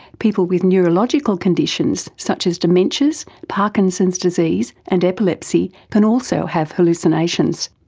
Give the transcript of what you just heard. people with neurological conditions such as dementias, parkinson's disease and epilepsy can also have hallucinations.